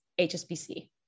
HSBC